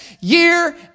year